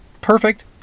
perfect